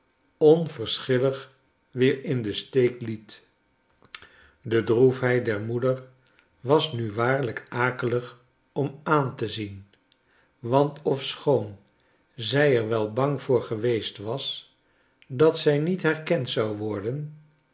onverschillig weer in den steek liet de droefheid der moeder was nuwaarlijk akelig om aan te zien want ofschoon zij er wel bang voor geweest was dat zij niet herkend zou worden